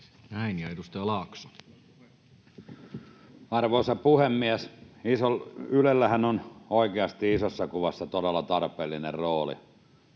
— Ja edustaja Laakso. Arvoisa puhemies! Ylellähän on oikeasti isossa kuvassa todella tarpeellinen rooli.